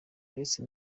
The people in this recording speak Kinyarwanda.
uretse